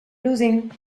losing